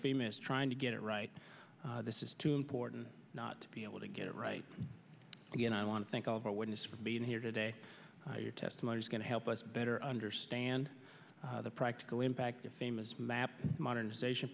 famous trying to get it right this is too important not to be able to get it right again i want to thank all of our witness for being here today your testimony is going to help us better understand the practical impact of famous map modernization